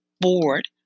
board